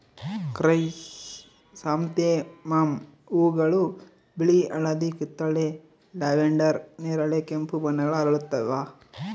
chrysanthemum ಹೂವುಗಳು ಬಿಳಿ ಹಳದಿ ಕಿತ್ತಳೆ ಲ್ಯಾವೆಂಡರ್ ನೇರಳೆ ಕೆಂಪು ಬಣ್ಣಗಳ ಅರಳುತ್ತವ